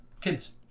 kids